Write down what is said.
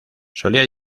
solía